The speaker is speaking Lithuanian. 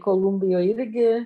kolumbijoj irgi